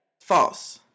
False